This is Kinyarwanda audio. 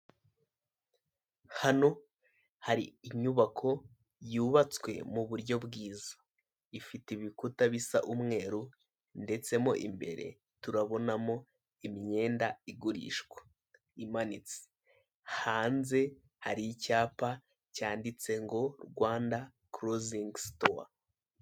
Hano hari inyubako yubatswe mu buryo bwiza ifite ibikuta bisa umweru ndetse mo imbere turabonamo imyenda igurishwa imanitse. Hanze hari icyapa cyanditse ngo Rwanda closing store.